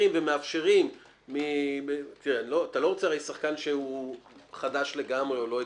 נובעים מגודל ומהיקפים.